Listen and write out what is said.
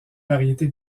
variété